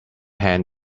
hand